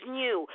new